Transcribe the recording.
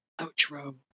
outro